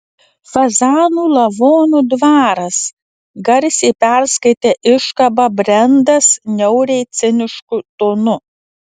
fazanų lavonų dvaras garsiai perskaitė iškabą brendas niauriai cinišku tonu